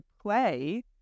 play